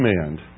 command